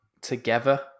together